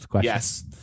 Yes